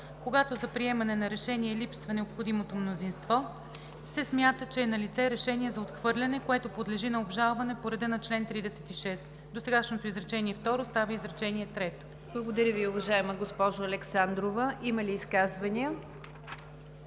„Когато за приемане на решение липсва необходимото мнозинство, се смята, че е налице решение за отхвърляне, което подлежи на обжалване по реда на чл. 36. Досегашното изречение второ става изречение трето.“ ПРЕДСЕДАТЕЛ НИГЯР ДЖАФЕР: Благодаря Ви, уважаема госпожо Александрова. Има ли изказвания?